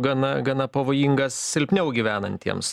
gana gana pavojingas silpniau gyvenantiems